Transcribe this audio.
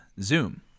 Zoom